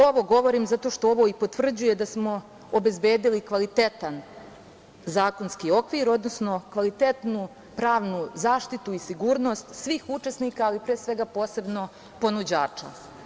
Ovo govorim zato što ovo potvrđuje da smo obezbedili kvalitetan zakonski okvir, odnosno kvalitetnu pravnu zaštitu i sigurnost svih učesnika, a posebno ponuđača.